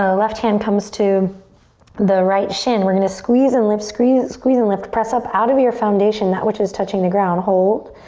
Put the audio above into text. left hand comes to the right shin, we're gonna squeeze and lift, squeeze squeeze and lift, press up out of your foundation that which is touching the ground, hold,